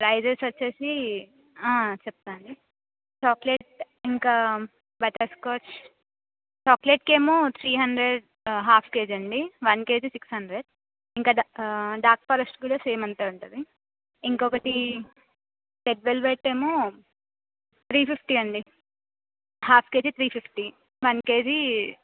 prices వచ్చేసి చెప్తాండి chocolate ఇంకా బటర్స్కాచ్ చాక్లెట్కి ఏమో త్రీ హండ్రెడ్ హాఫ్ కేజీ అండి వన్ కేజీ సిక్స్ హండ్రెడ్ ఇంకా డార్క్ ఫారెస్ట్ కూడా సేమ్ అంతే ఉంటుంది ఇంకొకటి రెడ్ వెల్వెట్ ఏమో త్రీ ఫిఫ్టీ అండి half KG three fifty one KG